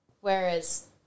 Whereas